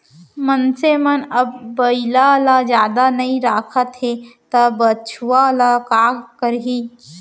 मनसे मन अब बइला ल जादा नइ राखत हें त बछवा ल का करहीं